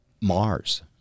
Mars